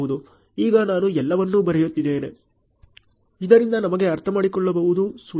ಈಗ ನಾನು ಎಲ್ಲವನ್ನೂ ಬರೆಯುತ್ತೇನೆ ಇದರಿಂದ ನಮಗೆ ಅರ್ಥಮಾಡಿಕೊಳ್ಳುವುದು ಸುಲಭ